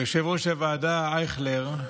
יושב-ראש הוועדה אייכלר,